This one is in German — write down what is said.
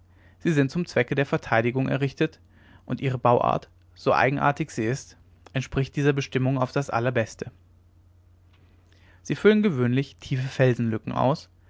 sie sind zum zwecke der verteidigung errichtet und ihre bauart so eigenartig sie ist entspricht dieser bestimmung auf das allerbeste sie füllen gewöhnlich tiefe felsenlücken aus